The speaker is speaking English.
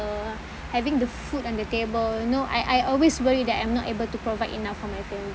having the food on the table you know I I always worry that I'm not able to provide enough for my family